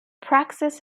praxis